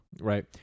Right